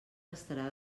restarà